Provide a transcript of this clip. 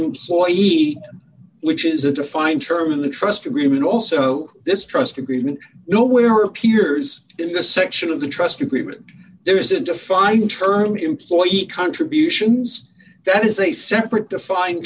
employee eight which is a defined term in the trust agreement also this trust agreement nowhere appears in the section of the trust agreement there is a defined term employee contributions that is a separate defined